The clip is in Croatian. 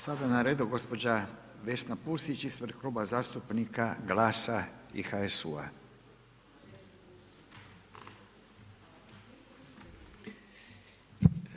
Sada je na redu gospođa VEsna Pusić ispred Kluba zastupnika GLAS-a i HSU-a.